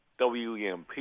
WEMP